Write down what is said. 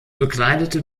bekleidete